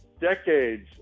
decades